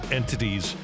entities